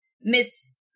Miss